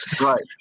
Right